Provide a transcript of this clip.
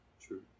True